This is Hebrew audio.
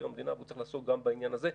המדינה והוא צריך לעסוק גם בעניין הזה,